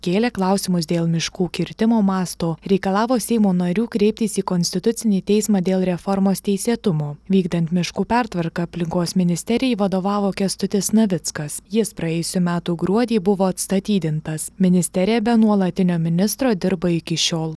kėlė klausimus dėl miškų kirtimo masto reikalavo seimo narių kreiptis į konstitucinį teismą dėl reformos teisėtumo vykdant miškų pertvarką aplinkos ministerijai vadovavo kęstutis navickas jis praėjusių metų gruodį buvo atstatydintas ministerija be nuolatinio ministro dirba iki šiol